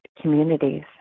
communities